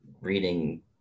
reading